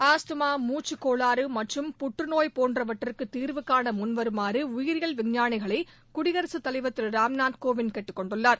asthma மூச்சுக் கோளாறு மற்றும் புற்றுநோய் போன்றவற்றிற்கு தீர்வுகாண முன்வருமாறு உயிரியல் விஞ்ஞானிகளை குடியரசுத் தலைவர் திரு ராம்நாத் கோவிந்த் கேட்டுக்கொண்டுள்ளார்